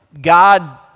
God